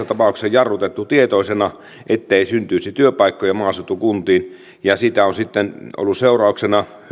tapauksessa jarrutettu tietoisena siitä ettei syntyisi työpaikkoja maaseutukuntiin ja siitä on sitten ollut seurauksena